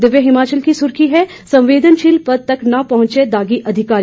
दिव्य हिमाचल की सुर्खी है संवेदनशील पद तक न पहुंचे दागी अधिकारी